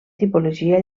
tipologia